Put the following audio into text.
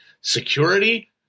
security